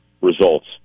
results